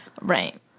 Right